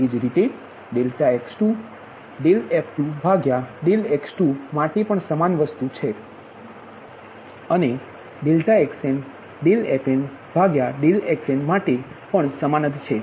એ જ રીતે ∆x2f2x2માટે પણ સમાન વસ્તુ છે અને ∆xnfnxn માટે પણ સમાન જ છે